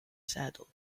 saddle